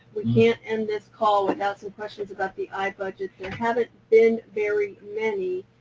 we can't end this call without some questions about the i-budgets. there haven't been very many.